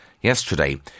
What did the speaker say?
yesterday